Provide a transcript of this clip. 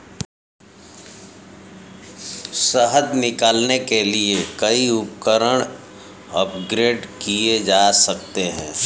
शहद निकालने के लिए कई उपकरण अपग्रेड किए जा सकते हैं